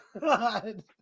God